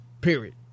period